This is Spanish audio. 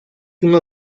uno